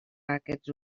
aquests